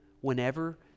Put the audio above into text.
whenever